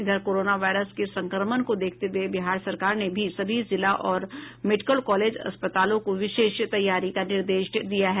इधर corona virus के संक्रमण को देखते हुए बिहार सरकार ने भी सभी जिला और मेडिकल कॉलेज अस्पतालों को विशेष तैयारी का निर्देश दिया है